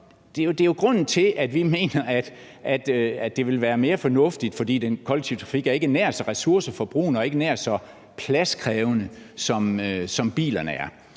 Det er jo grunden til, at vi mener, at det ville være fornuftigt, for den kollektive trafik er ikke nær så ressourceforbrugende og ikke nær så pladskrævende, som bilerne er.